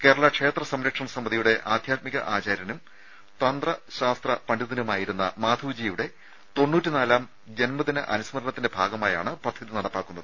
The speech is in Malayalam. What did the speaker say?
കേരള ക്ഷേത്ര സംരക്ഷണ സമിതിയുടെ ആധ്യാത്മിക ആചാര്യനും തന്ത്രശാസ്ത്ര പണ്ഡിതനുമായിരുന്ന മാധവ്ജിയുടെ അനുസ്മരണത്തിന്റെ ഭാഗമായാണ് പദ്ധതി നടപ്പാക്കുന്നത്